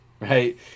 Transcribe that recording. Right